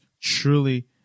truly